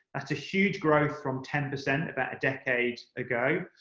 that's a huge growth from ten percent about a decade ago.